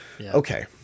Okay